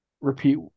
repeat